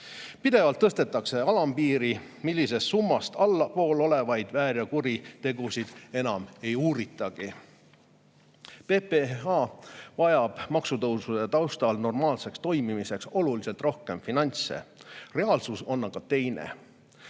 Pidevalt tõstetakse alampiiri, millisest [kahju]summast allpool olevaid väär‑ ja kuritegusid enam ei uuritagi. PPA vajab maksutõusude taustal normaalseks toimimiseks oluliselt rohkem finantse. Reaalsus on aga teine.